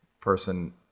person